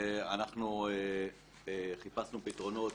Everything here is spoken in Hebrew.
וחיפשנו פתרונות